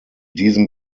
diesem